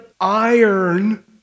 iron